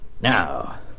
Now